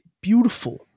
beautiful